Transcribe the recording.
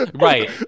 Right